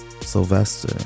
Sylvester